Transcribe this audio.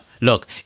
look